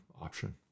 option